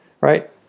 right